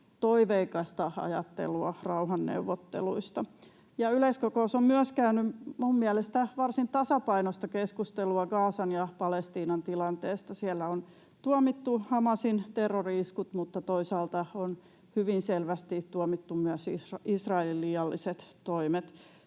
toiveikasta ajattelua rauhanneuvotteluista. Ja yleiskokous on myös käynyt minun mielestäni varsin tasapainoista keskustelua Gazan ja Palestiinan tilanteesta. Siellä on tuomittu Hamasin terrori-iskut, mutta toisaalta on hyvin selvästi tuomittu myös Israelin liialliset toimet